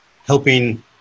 helping